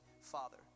father